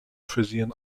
frisian